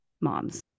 moms